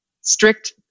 strict